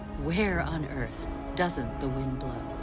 where on earth doesn't the wind blow?